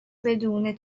بدون